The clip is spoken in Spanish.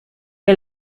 que